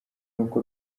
uko